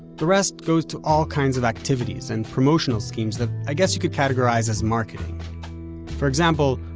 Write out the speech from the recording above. the rest goes to all kinds of activities and promotional schemes that i guess you could categorize as marketing for example,